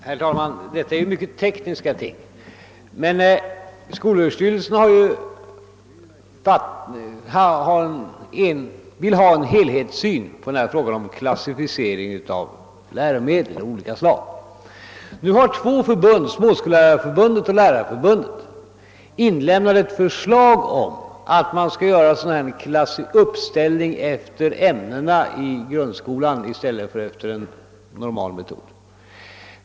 Herr talman! Denna fråga rör mycket tekniska ting. Skolöverstyrelsen vill ha en helhetssyn på problemet om klassificering av läromedel av olika slag. Två förbund — Småskollärarförbundet och Lärarförbundet — har inlämnat ett förslag om att man skall göra en uppställning efter ämnena i grundskolan i stället för efter en normal metod.